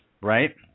right